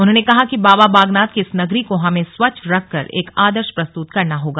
उन्होंने कहा कि बाबा बागनाथ की इस नगरी को हमें स्वच्छ रख एक आदर्श प्रस्तुत करना होगा